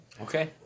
Okay